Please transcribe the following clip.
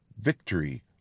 victory